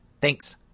Thanks